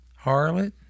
Harlot